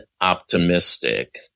optimistic